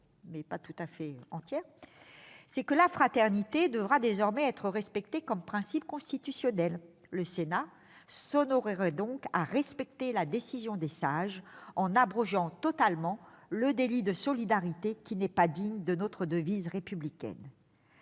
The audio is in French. mon cher collègue ! Ah bon ? La fraternité devra désormais être respectée comme principe constitutionnel. Le Sénat s'honorerait à respecter la décision des sages en abrogeant totalement le délit de solidarité, qui n'est pas digne de notre devise républicaine.